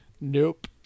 nope